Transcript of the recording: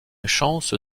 chance